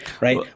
right